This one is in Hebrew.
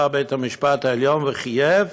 בא בית-המשפט העליון וחייב